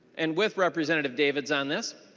and with representative davids on this